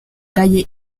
calle